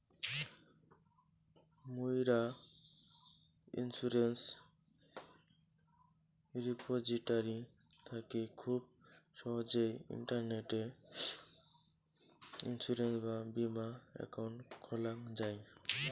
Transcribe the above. মুইরা insurance repository থাকি খুব সহজেই ইন্টারনেটে ইন্সুরেন্স বা বীমা একাউন্ট খোলাং যাই